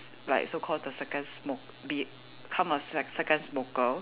like so called the second smoke become a sec~ second smoker